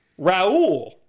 Raul